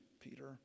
Peter